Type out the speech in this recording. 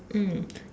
mm